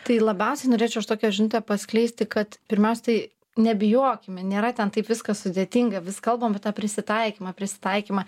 tai labiausiai norėčiau aš tokią žinutę paskleisti kad pirmiausia tai nebijokime nėra ten taip viskas sudėtinga vis kalbam apie tą prisitaikymą prisitaikymą